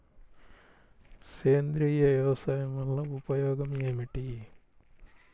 సేంద్రీయ వ్యవసాయం వల్ల ఉపయోగం ఏమిటి?